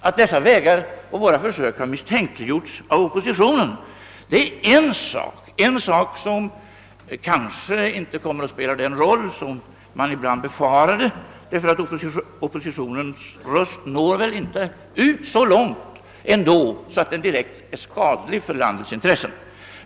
Att dessa vägar och försök sedan har misstänkliggjorts av oppositionen är en sak som kanske inte kommer att spela den roll som någon möjligen befarade, därför att oppositionens röst väl inte når ut så långt att den är direkt skadlig för landets intressen.